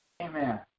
Amen